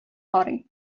карый